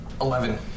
Eleven